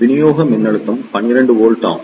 விநியோக மின்னழுத்தம் 12 வோல்ட் ஆகும்